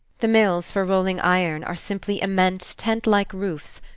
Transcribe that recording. the mills for rolling iron are simply immense tent-like roofs,